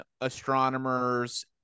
astronomers